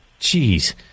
Jeez